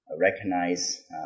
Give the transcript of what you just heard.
recognize